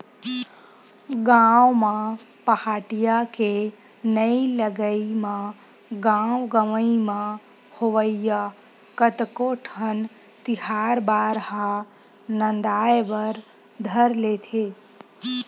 गाँव म पहाटिया के नइ लगई म गाँव गंवई म होवइया कतको ठन तिहार बार ह नंदाय बर धर लेथे